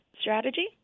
strategy